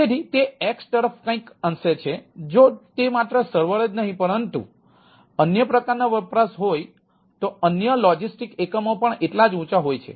તેથી તે x તરફ કંઈક અંશે છે